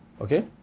Okay